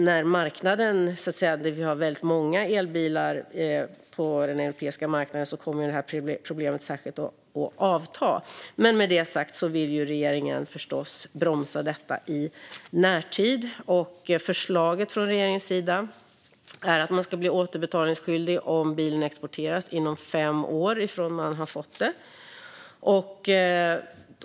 När vi har väldigt många elbilar på den europeiska marknaden kommer det här problemet att avta. Men regeringen vill förstås bromsa detta i närtid. Förslaget från regeringens sida är att man ska bli återbetalningsskyldig om bilen exporteras inom fem år från att man har fått bonusen.